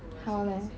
how leh